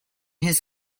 his